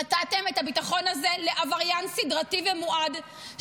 נתתם את הביטחון הזה לעבריין סדרתי ומועד,